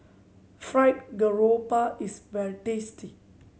fry garoupa is very tasty